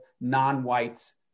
non-whites